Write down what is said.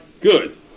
Good